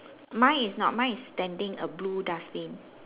mine is not mine is standing a blue dustbin